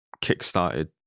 kick-started